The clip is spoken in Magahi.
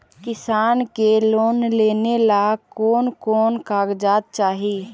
किसान के लोन लेने ला कोन कोन कागजात चाही?